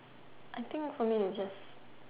I think for me it's just